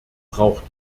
braucht